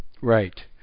Right